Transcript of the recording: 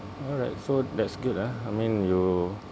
alright so that's good ah I mean you